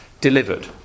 delivered